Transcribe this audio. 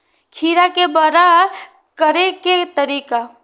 खीरा के बड़ा करे के तरीका?